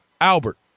Albert